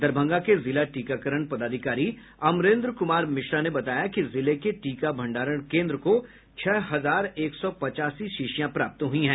दरभंगा के जिला टीकाकरण पदाधिकारी अमरेन्द्र कुमार मिश्रा ने बताया कि जिले के टीका भंडारण केन्द्र को छह हजार एक सौ पचासी शीशियां प्राप्त हुई हैं